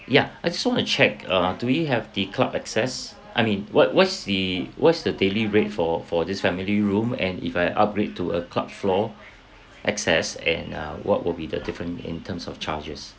ya I just want to check uh do we have the club access I mean what what's the what's the daily rate for for this family room and if I upgrade to a club floor access and uh what will be the different in terms of charges